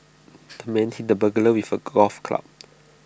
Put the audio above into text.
the man hit the burglar with A golf club